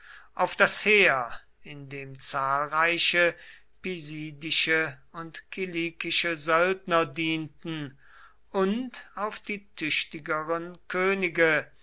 auf das heer in dem zahlreiche pisidische und kilikische söldner dienten und auf die tüchtigeren könige